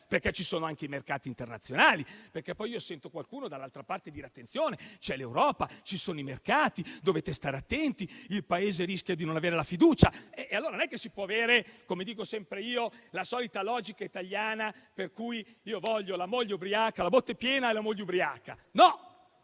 perché ci sono anche i mercati internazionali. Io sento qualcuno dall'altra parte dire di fare attenzione, che c'è l'Europa, ci sono i mercati, dobbiamo stare attenti, il Paese rischia di non avere la fiducia. E allora non si può avere - come dico sempre io - la solita logica italiana per cui io voglio la botte piena e la moglie ubriaca. No,